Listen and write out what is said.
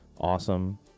awesome